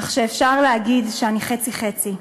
כך שאפשר להגיד שאני חצי-חצי.